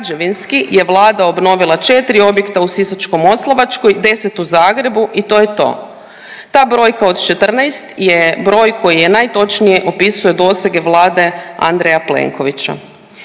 je Vlada obnovila 4 objekta u Sisačko-moslavačkoj, 10 u Zagrebu i to je to. Ta brojka od 14 je broj koji najtočnije opisuje dosege Vlade Andreja Plenkovića.